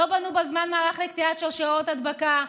לא בנו בזמן מערך לקטיעת שרשרות הדבקה.